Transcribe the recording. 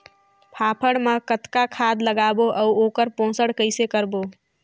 फाफण मा कतना खाद लगाबो अउ ओकर पोषण कइसे करबो?